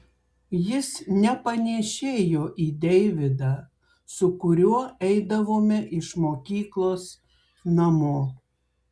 jis nepanėšėjo į deividą su kuriuo eidavome iš mokyklos namo